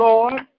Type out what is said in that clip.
Lord